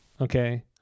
Okay